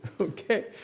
okay